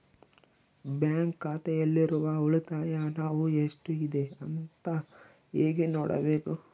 Bank ಖಾತೆಯಲ್ಲಿರುವ ಉಳಿತಾಯ ಹಣವು ಎಷ್ಟುಇದೆ ಅಂತ ಹೇಗೆ ನೋಡಬೇಕು?